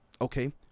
okay